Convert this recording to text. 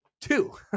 two